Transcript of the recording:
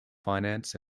finance